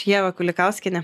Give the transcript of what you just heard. ieva kulikauskienė